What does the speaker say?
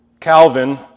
Calvin